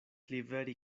liveri